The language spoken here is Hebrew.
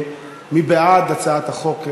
מי בעד הצעת החוק?